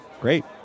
great